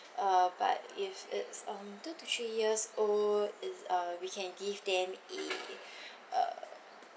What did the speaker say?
uh but if it's um two to three years old is uh we can give them a uh